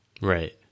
Right